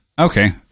Okay